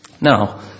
Now